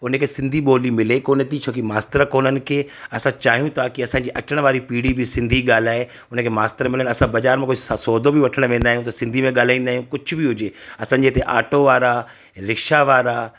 उन खे सिंधी ॿोली मिले कोन थी छोकी मास्तर कोन्हनि की असां चाहियूं था की असांजी अचणु वारी पीढ़ी बि सिंधी ॻाल्हाइ उन खे मास्तर मिलनि असां बाज़ारि मां कुझु स सोदो बि वठणु वेंदा आहियूं त सिंधी में ॻाल्हाईंदा आहियूं कुझु बि हुजे असांजे हिते आटो वारा रिक्शा वारा